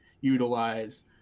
utilize